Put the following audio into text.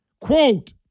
Quote